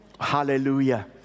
Hallelujah